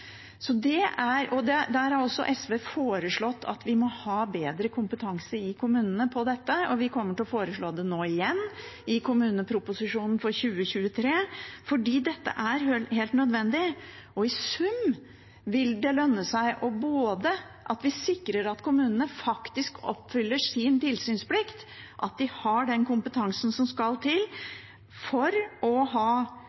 har også foreslått at vi må ha bedre kompetanse i kommunene på dette, og vi kommer til å foreslå det nå igjen i kommuneproposisjonen for 2023, for dette er helt nødvendig. I sum vil det lønne seg at vi sikrer både at kommunene faktisk oppfyller sin tilsynsplikt, og at de har den kompetansen som skal til